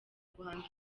guhanga